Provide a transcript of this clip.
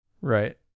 Right